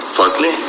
firstly